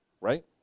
right